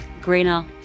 greener